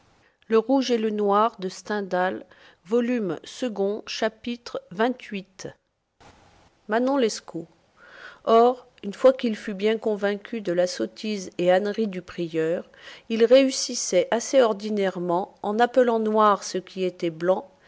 maréchale chapitre xxviii manon lescaut or une fois qu'il fut bien convaincu de la sottise et ânerie du prieur il réussissait assez ordinairement en appelant noir ce qui était blanc